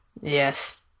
Yes